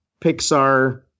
Pixar